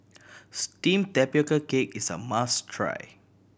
steamed tapioca cake is a must try